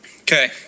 Okay